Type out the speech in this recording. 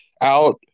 out